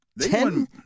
Ten